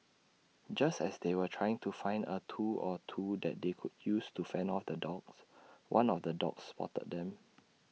just as they were trying to find A tool or two that they could use to fend off the dogs one of the dogs spotted them